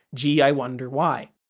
gee, i wonder why.